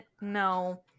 no